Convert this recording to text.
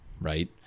right